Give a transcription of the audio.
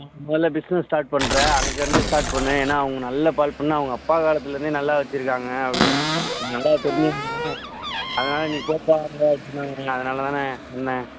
மொதல் முதல்ல business start பண்ணுற அங்கிருந்து ஸ்டார்ட் பண்ணு ஏன்னால் அவங்க நல்ல பால் பண்ணை அவங்க அப்பா காலத்திலருந்தே நல்லா வெச்சுருக்காங்க அப்படி நல்லா தெரிஞ்சவங்க தான் அதனால் நீ போப்பா அங்கே அப்படின்னு சொன்னாங்கண்ணா அதனால் தாண்ண பண்ணிணேன்